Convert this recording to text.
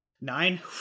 Nine